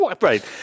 Right